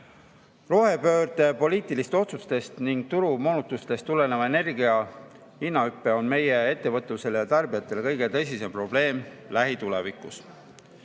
Rohepöörde poliitilistest otsustest ning turumoonutustest tulenev energiahindade hüpe on meie ettevõtlusele ja tarbijatele kõige tõsisem probleem lähitulevikus.